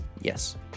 Yes